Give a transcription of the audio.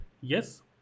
yes